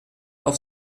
auf